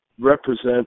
Represent